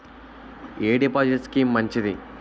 ఎ deposit scheme మంచిది?